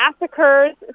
massacres